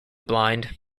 blind